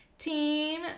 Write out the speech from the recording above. Team